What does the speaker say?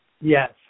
Yes